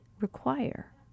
require